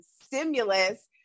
stimulus